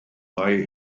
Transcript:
mae